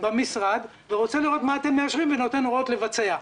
ורוצה לראות מה אתם מאשרים ונותן הוראות לבצע.